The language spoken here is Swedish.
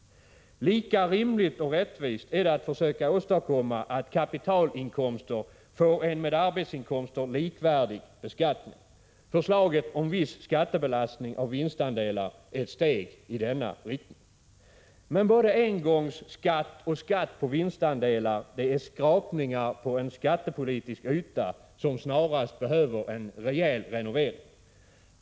Lika rimligt och rättvist är det att försöka åstadkomma att kapitalinkomster får en med arbetsinkomster likvärdig beskattning. Förslaget om viss skattebelastning av vinstandelar är ett steg i denna riktning. Men både engångsskatt och skatt på vinstandelar är skrapningar på en skattepolitisk yta som snarast behöver en rejäl renovering.